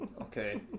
Okay